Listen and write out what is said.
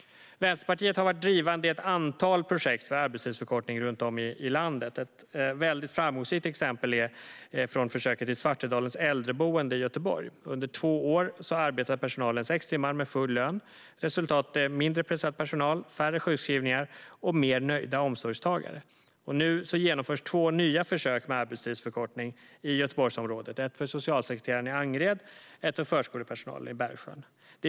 Vänsterpartiet har varit drivande i ett antal projekt för arbetstidsförkortning runt om i landet. Ett mycket framgångsrikt exempel är försöket på Svartedalens äldreboende i Göteborg. Under två år arbetade personalen sex timmar med full lön. Resultatet blev mindre stressad personal, färre sjukskrivningar och mer nöjda omsorgstagare. Nu genomförs två nya försök med arbetstidsförkortning i Göteborgsområdet, ett för socialsekreterarna i Angered och ett för förskolepersonalen i Bergsjön.